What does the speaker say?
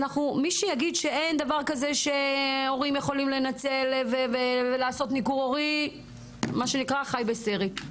מי שיגיד שאין דבר כזה שהורים יכולים לנצל ולעשות ניכור הורי חי בסרט.